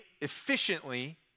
efficiently